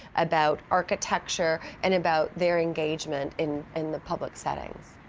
about architecture, and about their engagement in and the public settings.